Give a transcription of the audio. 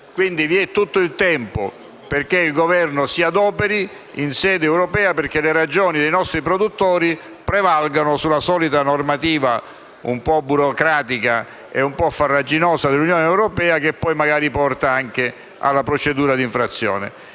d'anni. Vi è tutto il tempo, quindi, perché il Governo si adoperi in sede europea perché le ragioni dei nostri produttori prevalgano sulla solita normativa un po' burocratica e un po' farraginosa dell'Unione europea che poi porta anche alla procedura di infrazione.